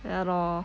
ya lor